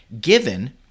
given